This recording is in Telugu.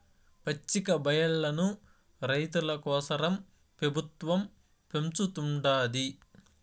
పచ్చికబయల్లను రైతుల కోసరం పెబుత్వం పెంచుతుండాది